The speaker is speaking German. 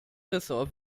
ressort